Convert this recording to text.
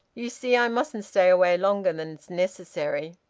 you see i mustn't stay away longer than's necessary.